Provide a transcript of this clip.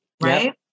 right